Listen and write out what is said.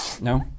No